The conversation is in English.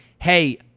hey